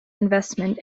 investment